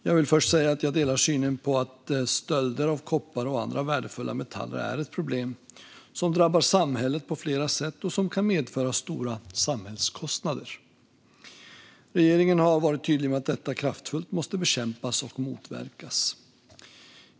Jag vill först säga att jag delar synen att stölder av koppar och andra värdefulla metaller är ett problem som drabbar samhället på flera sätt och kan medföra stora samhällskostnader. Regeringen har varit tydlig med att detta kraftfullt måste bekämpas och motverkas.